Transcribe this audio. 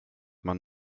man